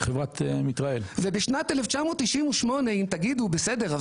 ובשנת 1998 אם תגידו בסדר,